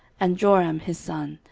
and joram his son,